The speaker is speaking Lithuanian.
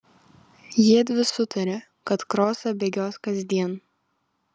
jiedvi sutarė kad krosą bėgios kasdien